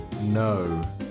no